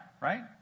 right